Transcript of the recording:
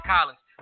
Collins